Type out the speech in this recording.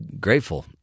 grateful